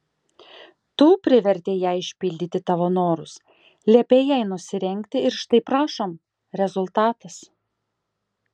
tu privertei ją išpildyti tavo norus liepei jai nusirengti ir štai prašom rezultatas